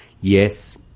yes